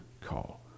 call